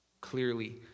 clearly